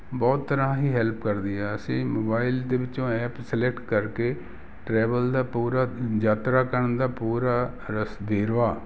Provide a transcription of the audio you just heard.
ਬਹੁਤ ਤਰ੍ਹਾਂ ਹੀ ਹੈਲਪ ਕਰਦੀ ਹੈ ਅਸੀਂ ਮੋਬਾਈਲ ਦੇ ਵਿੱਚੋਂ ਐਪ ਸਲੈਕਟ ਕਰਕੇ ਟਰੈਵਲ ਦਾ ਪੂਰਾ ਯਾਤਰਾ ਕਰਨ ਦਾ ਪੂਰਾ ਰਸ ਵੇਰਵਾ